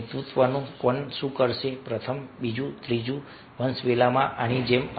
નેતૃત્વનું કોણ શું કરશે પ્રથમ બીજું ત્રીજું વંશવેલોમાં આની જેમ